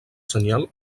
senyal